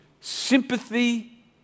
sympathy